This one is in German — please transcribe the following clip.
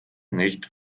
nicht